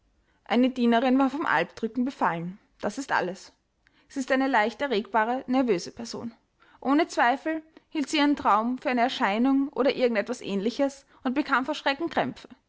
eine dienerin war vom alpdrücken befallen das ist alles sie ist eine leicht erregbare nervöse person ohne zweifel hielt sie ihren traum für eine erscheinung oder irgend etwas ähnliches und bekam vor schrecken